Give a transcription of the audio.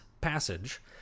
passage